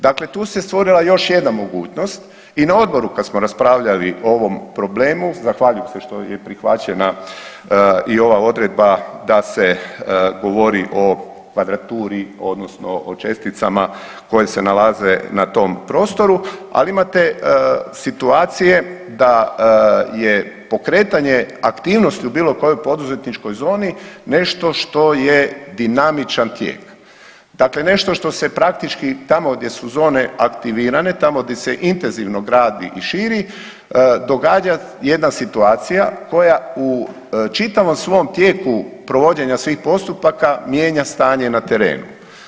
Dakle tu se stvorila još jedna mogućnost i na odboru kad smo raspravljali o ovom problemu, zahvaljujem se što je prihvaćena i ova odredba da se govori o kvadraturi odnosno o česticama koje se nalaze na tom prostoru, ali imate situacije da je pokretanje u aktivnosti u bilo kojoj poduzetničkoj zoni nešto što je dinamičan tijek, dakle nešto što se praktički tamo gdje su zone aktivirane, tamo gdje se intenzivno gradi i širi događa jedna situacija koja u čitavom svom tijeku provođenja svih postupaka mijenja stanje na terenu.